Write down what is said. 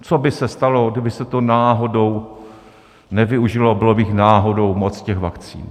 Co by se stalo, kdyby se to náhodou nevyužilo, bylo by jich náhodou moc, těch vakcín?